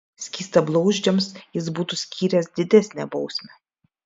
skystablauzdžiams jis būtų skyręs didesnę bausmę